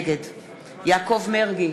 נגד יעקב מרגי,